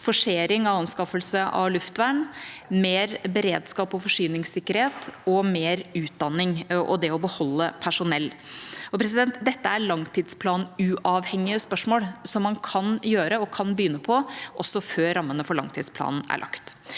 forsering av anskaffelse av luftvern, mer beredskap og forsyningssikkerhet, mer utdanning og det å beholde personell. Dette er langtidsplanuavhengige spørsmål som man kan begynne på, også før rammene for langtidsplanen er lagt.